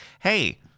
hey